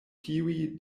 tiuj